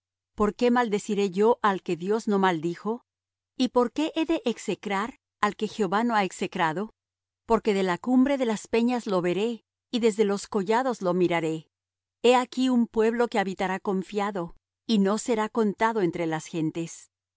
por qué maldeciré yo al que dios no maldijo y por qué he de execrar al que jehová no ha execrado porque de la cumbre de las peñas lo veré y desde los collados lo miraré he aquí un pueblo que habitará confiado y no será contado entre las gentes